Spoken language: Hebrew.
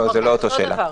זאת לא אותה שאלה.